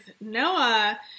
Noah